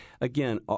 again